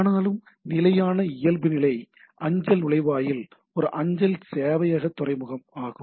ஆனாலும் நிலையான இயல்புநிலை அஞ்சல் நுழைவாயில் ஒரு அஞ்சல் சேவையக துறைமுகம் ஆகும்